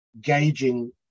gauging